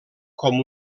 com